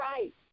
right